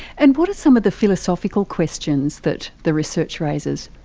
and what are some of the philosophical questions that the research raises?